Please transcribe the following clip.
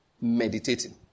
meditating